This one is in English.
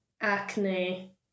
Acne